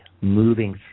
moving